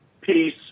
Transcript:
peace